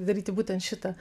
daryti būtent šitą